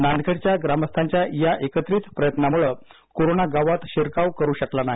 नांदखेडच्या ग्रामस्थांच्या या एकत्रित प्रयत्नांमुळे कोरोना गावात शिरकावही करू शकला नाही